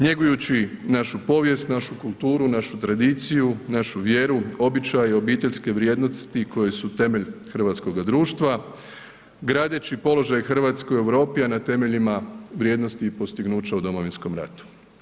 Njegujući našu povijest, našu kulturu, našu tradiciju, našu vjeru, običaje, obiteljske vrijednosti koje su temelj hrvatskoga društva, gradeći položaj RH u Europe, a na temeljima vrijednosti i postignuća u domovinskom ratu.